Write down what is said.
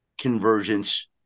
convergence